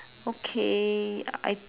okay I